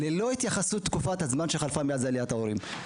ללא התייחסות לתקופת הזמן שחלפה מאז עליית ההורים.